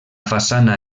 façana